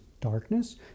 darkness